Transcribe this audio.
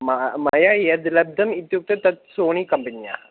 म मया यद् लब्धम् इत्युक्ते तद् सोनि कम्पन्याः